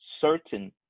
certain